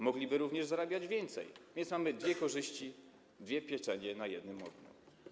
Mogliby również zarabiać więcej, więc mamy dwie korzyści, dwie pieczenie na jednym ogniu.